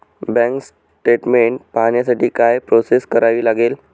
Bank statement पाहण्यासाठी काय process करावी लागेल?